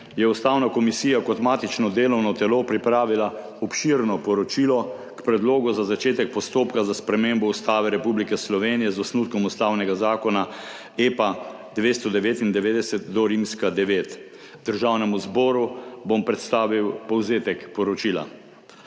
je Ustavna komisija kot matično delovno telo pripravila obširno poročilo k Predlogu za začetek postopka za spremembo Ustave Republike Slovenije z osnutkom ustavnega zakona, EPA 299-IX. Državnemu zboru bom predstavil povzetek poročila.